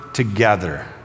together